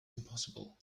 impossible